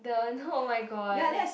the oh-my-god